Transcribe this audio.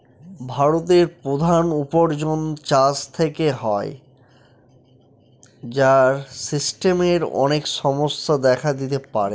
ভারতের প্রধান উপার্জন চাষ থেকে হয়, যার সিস্টেমের অনেক সমস্যা দেখা দিতে পারে